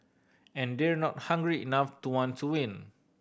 and they're not hungry enough to want to win